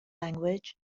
language